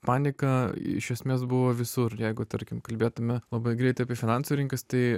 panika iš esmės buvo visur jeigu tarkim kalbėtume labai greitai apie finansų rinkas tai